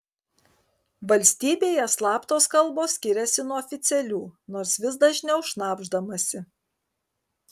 valstybėje slaptos kalbos skiriasi nuo oficialių nors vis dažniau šnabždamasi